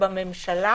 שבממשלה